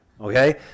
Okay